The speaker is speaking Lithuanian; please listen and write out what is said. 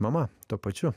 mama tuo pačiu